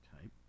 type